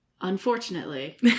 unfortunately